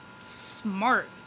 smart